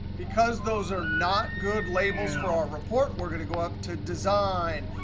because those are not good labels for our report, we're going to go up to design,